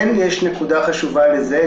יש נקודה חשובה לזה,